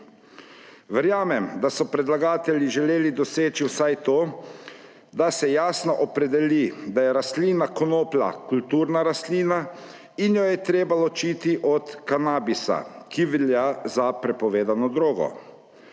Verjamem, da so predlagatelji želeli doseči vsaj to, da se jasno opredeli, da je rastlina konoplja kulturna rastlina in jo je treba ločiti od kanabisa, ki velja za prepovedano drogo.